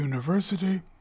University